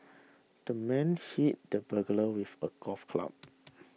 the man hit the burglar with a golf club